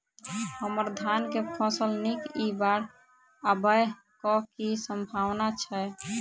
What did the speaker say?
हम्मर धान केँ फसल नीक इ बाढ़ आबै कऽ की सम्भावना छै?